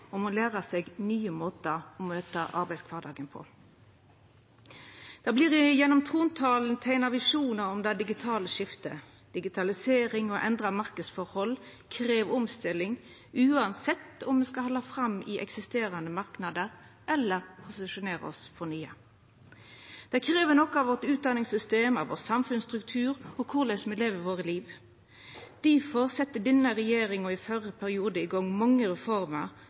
og må læra seg nye måtar å møta arbeidskvardagen på. Det vert gjennom trontalen teikna visjonar om det digitale skiftet. Digitalisering og endra marknadsforhold krev omstilling uansett om me skal halda fram i eksisterande marknader eller posisjonera oss for nye. Det krev noko av utdanningssystemet vårt, av samfunnsstrukturen vår og korleis me lever livet vårt. Difor sette denne regjeringa i den førre perioden i gang mange